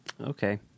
Okay